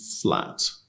flat